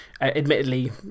admittedly